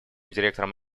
директором